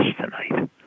tonight